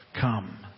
come